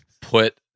put